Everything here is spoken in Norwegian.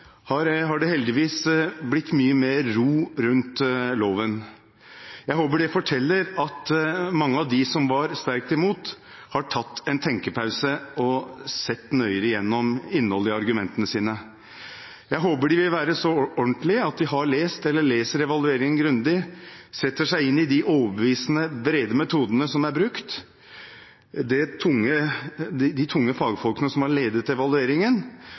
har det heldigvis blitt mye mer ro rundt loven. Jeg håper det forteller at mange av dem som var sterkt imot, har tatt en tenkepause og sett nøyere gjennom innholdet i argumentene sine. Jeg håper de vil være så ordentlige at de har lest eller leser evalueringen grundig, setter seg inn i de overbevisende, brede metodene som er brukt av de tunge fagfolkene som har ledet evalueringen,